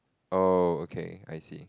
oh okay I see